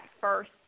first